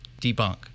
debunk